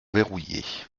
verrouillé